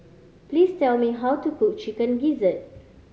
please tell me how to cook Chicken Gizzard